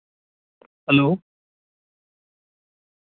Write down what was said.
hello